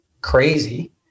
crazy